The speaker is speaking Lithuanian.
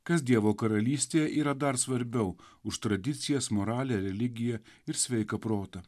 kas dievo karalystėje yra dar svarbiau už tradicijas moralę religiją ir sveiką protą